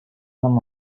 com